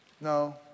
no